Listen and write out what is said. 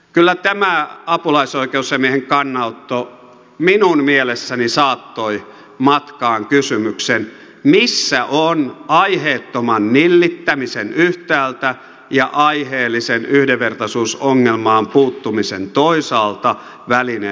kyllä tämä apulaisoikeusasiamiehen kannanotto minun mielessäni saattoi matkaan kysymyksen missä on yhtäältä aiheettoman nillittämisen ja toisaalta aiheellisen yhdenvertaisuusongelmaan puuttumisen välinen raja